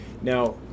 Now